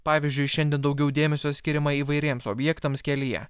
pavyzdžiui šiandien daugiau dėmesio skiriama įvairiems objektams kelyje